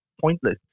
pointless